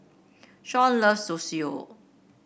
Shaun loves Zosui